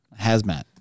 Hazmat